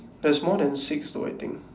there's more than six though I think